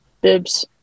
bibs